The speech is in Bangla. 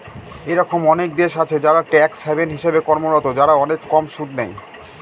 এরকম অনেক দেশ আছে যারা ট্যাক্স হ্যাভেন হিসেবে কর্মরত, যারা অনেক কম সুদ নেয়